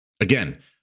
Again